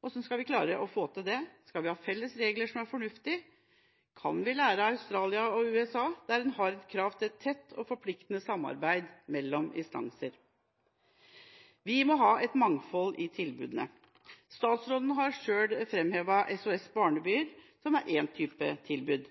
Hvordan skal vi klare å få til det? Skal vi ha felles regler som er fornuftige? Kan vi lære av Australia og USA, der en har krav til et tett og forpliktende samarbeid mellom instanser? Vi må ha et mangfold i tilbudene. Statsråden har selv framhevet SOS-barnebyer, som er én type tilbud.